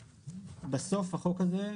בסוף החוק הזה,